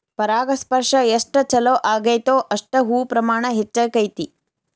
ಪರಾಗಸ್ಪರ್ಶ ಎಷ್ಟ ಚುಲೋ ಅಗೈತೋ ಅಷ್ಟ ಹೂ ಪ್ರಮಾಣ ಹೆಚ್ಚಕೈತಿ